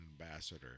ambassador